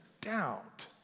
doubt